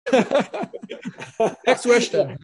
Next question